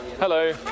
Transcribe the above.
Hello